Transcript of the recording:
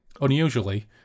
Unusually